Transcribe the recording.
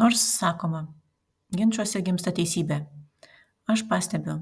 nors sakoma ginčuose gimsta teisybė aš pastebiu